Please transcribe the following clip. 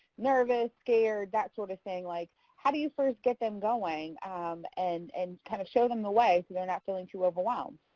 nervous, scared, that sort of thing. like, how do you first get them going um and and kind of show them the way so they're not feeling too overwhelmed?